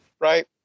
right